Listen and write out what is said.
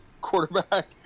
quarterback